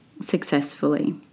successfully